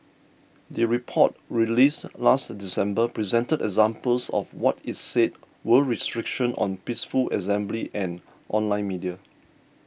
the report released last December presented examples of what it said were restrictions on peaceful assembly and online media